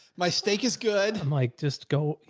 my steak is good. i'm like, just go,